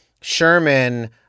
sherman